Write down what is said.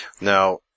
Now